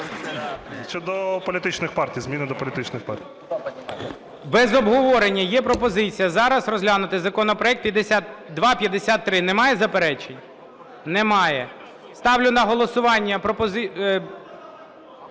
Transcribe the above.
Щодо політичних партій, зміни до політичних партій. ГОЛОВУЮЧИЙ. Без обговорення. Є пропозиція зараз розглянути законопроект 5253. Немає заперечень? Немає. Ставлю на голосування проект